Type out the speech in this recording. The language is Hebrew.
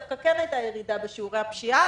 דווקא הייתה ירידה בשיעורי הפשיעה,